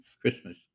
Christmas